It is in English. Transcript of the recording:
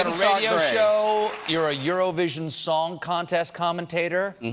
ah radio show, you're a uro vision song contest commentator.